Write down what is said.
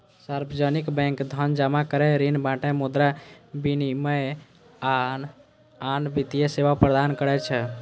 सार्वजनिक बैंक धन जमा करै, ऋण बांटय, मुद्रा विनिमय, आ आन वित्तीय सेवा प्रदान करै छै